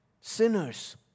sinners